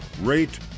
rate